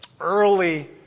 early